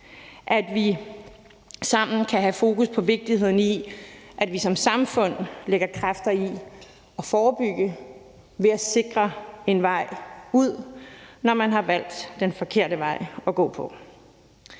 at vi sammen kan have fokus på vigtigheden i, at vi som samfund lægger kræfter i at forebygge ved at sikre en vej ud, når man har valgt den forkerte vej at gå på.